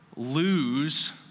Lose